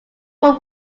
wood